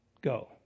Go